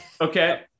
Okay